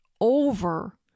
over